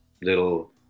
little